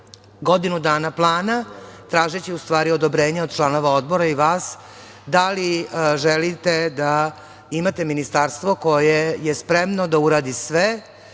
godinu dana plana, tražeći u stvari odobrenje od članova Odbora i vas da li želite da imate ministarstvo koje je spremno da uradi sve